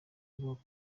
avuga